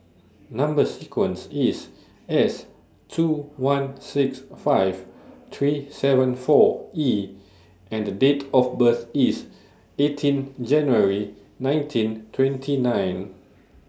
Number sequence IS S two one six five three seven four E and Date of birth IS eighteen January nineteen twenty nine